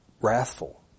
wrathful